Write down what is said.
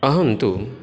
अहं तु